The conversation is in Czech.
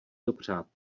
dopřát